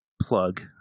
plug